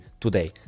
today